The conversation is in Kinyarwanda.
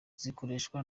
zikoreshwa